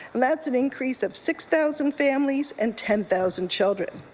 and that's an increase of six thousand families and ten thousand children.